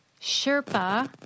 Sherpa